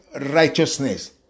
righteousness